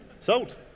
Sold